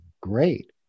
Great